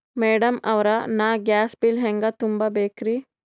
Madam ಅವ್ರ, ನಾ gas bill ಹೆಂಗ ತುಂಬಾ ಬೇಕ್ರಿ?